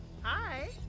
Hi